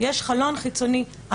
יש חלון חיצוני.